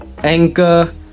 Anchor